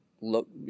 look